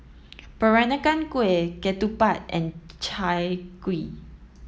Peranakan Kueh Ketupat and Chai Kuih